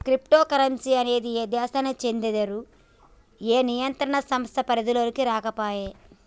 crypto currency అనేది ఏ దేశానికీ చెందదు, ఏ నియంత్రణ సంస్థ పరిధిలోకీ రాకపాయే